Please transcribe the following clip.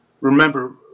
Remember